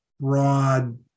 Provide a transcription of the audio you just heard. broad